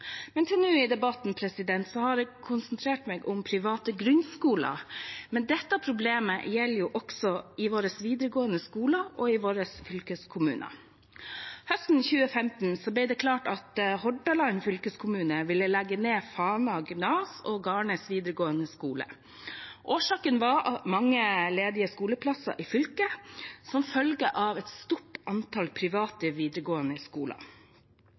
men dette problemet gjelder også i våre videregående skoler og i våre fylkeskommuner. Høsten 2015 ble det klart at Hordaland fylkeskommune ville legge ned Fana gymnas og Garnes vidaregåande skule. Årsaken var mange ledige skoleplasser i fylket som følge av et stort antall private videregående skoler.